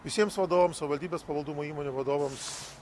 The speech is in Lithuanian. visiems vadovams savivaldybės pavaldumo įmonių vadovams